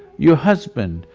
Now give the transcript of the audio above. your husband,